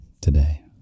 today